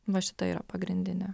va šita yra pagrindinė